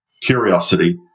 curiosity